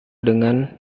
dengan